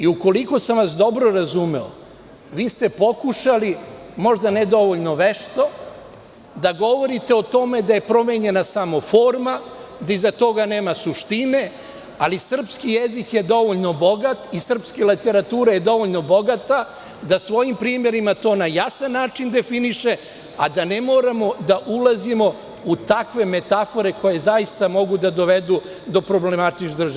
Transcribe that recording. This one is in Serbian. Ukoliko sam vas dobro razumeo, pokušali ste, možda ne dovoljno vešto, da govorite o tome da je promenjena samo forma, da iza toga ne suštine, ali srpski jezik je dovoljno bogat i srpska literatura je dovoljno bogata da svojim primerima to na jasan način definiše, a da ne moramo da ulazimo u takve metafore koje zaista mogu da dovedu do problematičnosti.